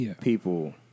people